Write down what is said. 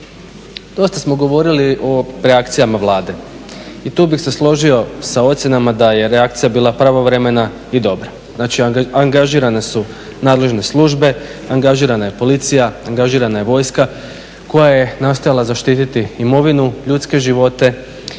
Dosta smo govorili o reakcijama Vlada i tu bih se složio sa ocjenama da je reakcija bila pravovremena i dobra, znači angažirane su nadležne službe, angažirana je policija, angažirana je vojska koja je nastojala zaštiti imovinu, ljudske živote i